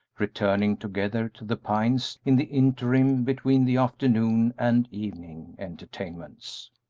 returning together to the pines in the interim between the afternoon and evening entertainments.